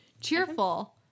cheerful